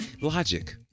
Logic